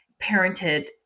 parented